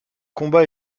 combat